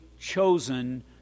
chosen